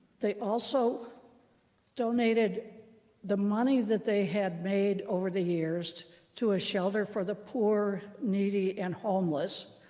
they also donated the money that they had made over the years to a shelter for the poor, needy, and homeless.